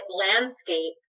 landscape